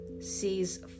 sees